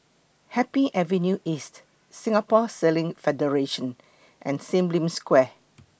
Happy Avenue East Singapore Sailing Federation and SIM Lim Square